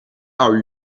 are